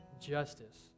justice